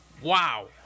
Wow